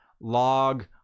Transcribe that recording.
log